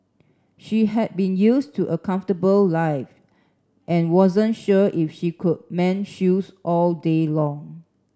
she had been used to a comfortable life and wasn't sure if she could mend shoes all day long